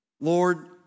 Lord